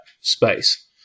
space